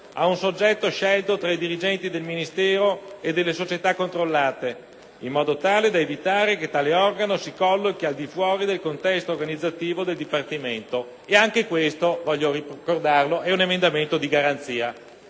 a un soggetto scelto tra i dirigenti del Ministero e delle società controllate, in modo tale da evitare che tale organo si collochi al di fuori del contesto organizzativo del Dipartimento. Anche questo, voglio ricordarlo, è un emendamento di garanzia,